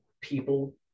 people